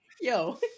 yo